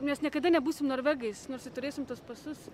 nes niekada nebūsim norvegais nors i turėsim tuos pasus